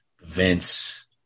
Vince